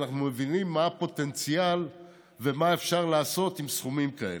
אנחנו מבינים מה הפוטנציאל ומה אפשר לעשות עם סכומים כאלה.